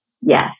Yes